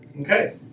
Okay